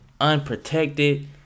unprotected